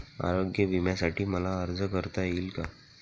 आरोग्य विम्यासाठी मला अर्ज करता येईल का?